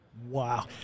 Wow